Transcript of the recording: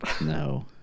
No